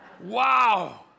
Wow